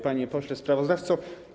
Panie Pośle Sprawozdawco!